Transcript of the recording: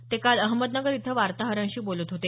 ते काल अहमदनगर इथं वार्ताहजरांशी बोलत होते